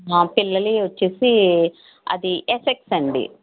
మా పిల్లలవి వచ్చి అది ఎక్స్ఎస్ అండి